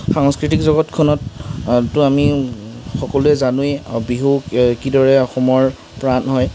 সাংস্কৃতিক জগতখনতো আমি সকলোৱে জানোৱেই বিহুক কিদৰে অসমৰ প্ৰাণ হয়